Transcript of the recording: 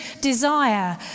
desire